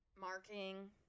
Marking